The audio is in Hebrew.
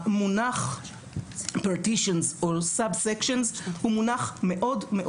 המונח פרטישן סאב סקשנס הוא מאוד מאוד